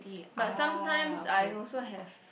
but sometimes I also have